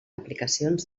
aplicacions